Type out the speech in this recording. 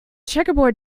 checkerboard